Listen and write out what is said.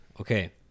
Okay